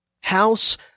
House